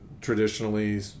Traditionally